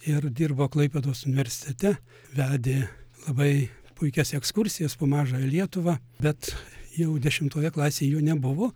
ir dirbo klaipėdos universitete vedė labai puikias ekskursijas po mažąją lietuvą bet jau dešimtoje klasėj jo nebuvo